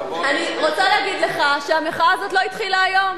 אני רוצה להגיד לך שהמחאה הזאת לא התחילה היום.